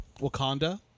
Wakanda